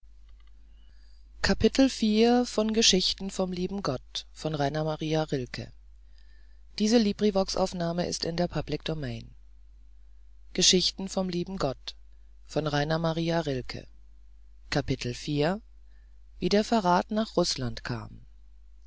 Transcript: wie der verrat nach rußland kam